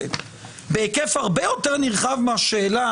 אני עוצר אותך לשנייה.